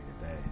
today